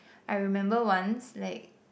I remember once like